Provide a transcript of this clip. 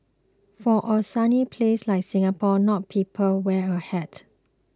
for a sunny place like Singapore not people wear a hat